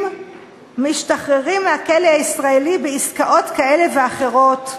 משתחררים מהכלא הישראלי בעסקאות כאלה ואחרות,